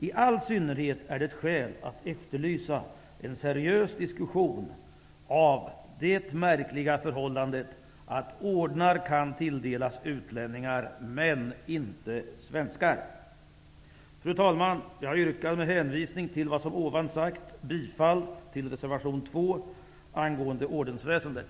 I all synnerhet finns det skäl att efterlysa en seriös diskussion av det märkliga förhållande att ordnar kan tilldelas utlänningar men inte svenskar. Fru talman! Jag yrkar med hänvisning till vad jag sagt bifall till reservation nr 2 angående ordensväsendet.